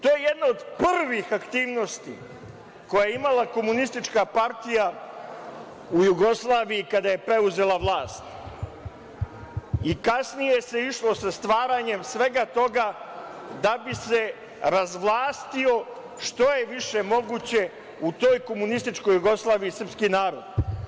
To je jedna od prvih aktivnosti koje je imala Komunistička partija u Jugoslaviji kada je preuzela vlast i kasnije se išlo sa stvaranjem svega toga da bi se razvlastio što je više moguće, u toj komunističkoj Jugoslaviji, srpski narod.